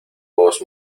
voz